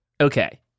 Okay